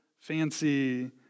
fancy